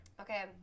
Okay